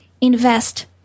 Invest